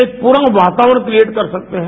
एक पूरा वातावरण क्रियेट कर सकते हैं